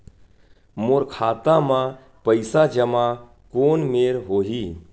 मोर खाता मा पईसा जमा कोन मेर होही?